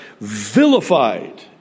vilified